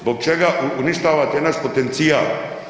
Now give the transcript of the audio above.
Zbog čega uništavate naš potencijal?